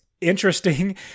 interesting